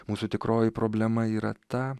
mūsų tikroji problema yra ta